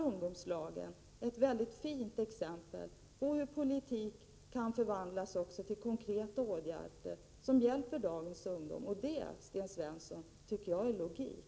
Ungdomslagen är ett mycket fint exempel på hur politik kan förvandlas till konkreta åtgärder som hjälper dagens ungdom. Det, Sten Svensson, tycker jag är logik.